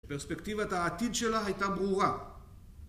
בפרספקטיבת העתיד שלה הייתה ברורה